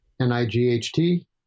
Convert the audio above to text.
N-I-G-H-T